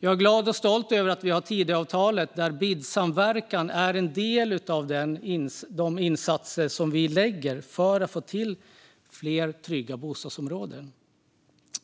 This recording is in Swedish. Jag är glad och stolt över att vi har Tidöavtalet där BID-samverkan är en del av de insatser som vi har för att få till fler trygga bostadsområden.